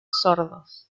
sordos